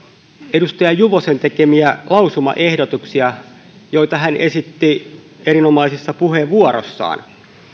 edustaja juvosen tekemiä lausumaehdotuksia joita hän esitti erinomaisessa puheenvuorossaan